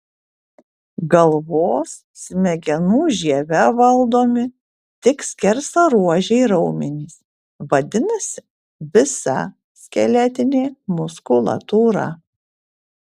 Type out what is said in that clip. galvos smegenų žieve valdomi tik skersaruožiai raumenys vadinasi visa skeletinė muskulatūra